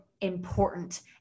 important